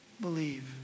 believe